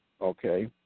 Okay